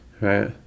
right